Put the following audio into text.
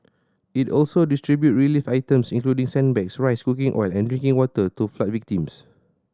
it also distributed relief items including sandbags rice cooking oil and drinking water to flood victims